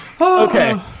Okay